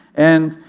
and,